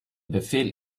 befehl